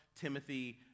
Timothy